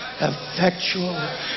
effectual